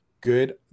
good